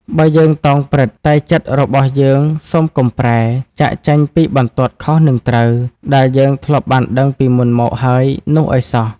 បើ យើងតោង "ព្រឹត្តិ" តែចិត្តរបស់យើង សុំកុំ "ប្រែ" ចាកចេញពីបន្ទាត់ "ខុស និង ត្រូវ" ដែលយើងធ្លាប់បានដឹងពីមុនមកហើយនោះឲ្យសោះ។